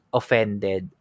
offended